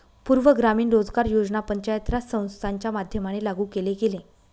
पूर्ण ग्रामीण रोजगार योजना पंचायत राज संस्थांच्या माध्यमाने लागू केले गेले